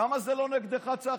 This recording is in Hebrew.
למה זה לא נגדך, צחי?